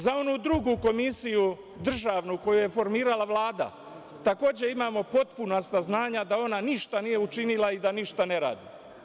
Za onu drugu komisiju državnu koju je formirala Vlada takođe imamo potrebna saznanja da ona ništa nije učinila i da ništa ne radi.